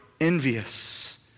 envious